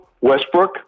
Westbrook